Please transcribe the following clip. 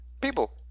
people